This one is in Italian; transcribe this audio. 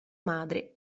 madre